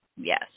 yes